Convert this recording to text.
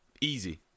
Easy